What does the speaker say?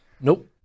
Nope